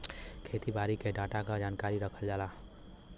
खेती बारी के डाटा क जानकारी रखल जाला